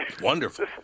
Wonderful